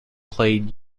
played